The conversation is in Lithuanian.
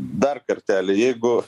dar kartelį jeigu